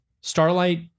Starlight